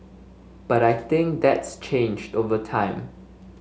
but I think that's changed over time